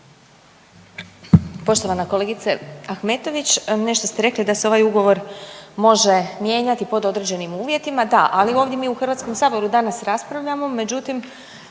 Poštovana kolegice Ahmetović. Nešto ste rekli da se ovaj ugovor može mijenjati pod određenim uvjetima, da, ali ovdje mi u Hrvatskom saboru danas raspravljamo, međutim,